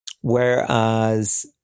whereas